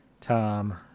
tom